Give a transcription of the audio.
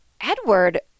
Edward